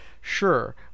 Sure